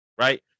right